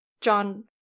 John